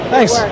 Thanks